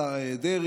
לשר אריה דרעי,